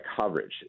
coverage